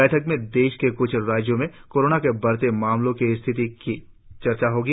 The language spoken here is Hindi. बैठक में देश के क्छ राज्यों में कोरोना के बढते मामलों की स्थिति पर चर्चा की जाएगी